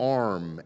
arm